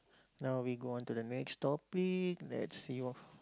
now we go on to the next topic let's see what